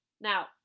now